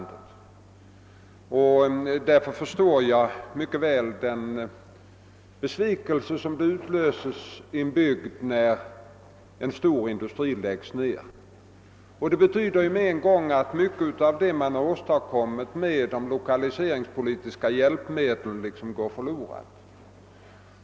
Därför förstår jag mycket väl den besvikelse som utlöses i en bygd, när en stor industri läggs ned. Det betyder på samma gång att mycket av det som man har åstadkommit med lokaliseringspolitiska hjälpmedel går förlorat.